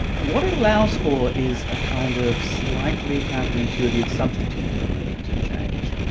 what it allows for is a kind of slightly counter-intuitive substitute for movement in change.